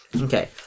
Okay